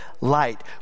light